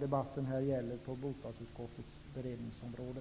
debatten gäller på bostadsutskottets beredningsområde.